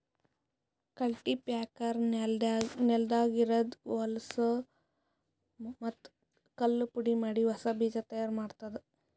cultipacker ನೆಲದಾಗ ಇರದ್ ಹೊಲಸೂ ಮತ್ತ್ ಕಲ್ಲು ಪುಡಿಮಾಡಿ ಹೊಸಾ ಬೀಜ ತೈಯಾರ್ ಮಾಡ್ತುದ